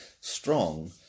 strong